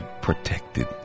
protected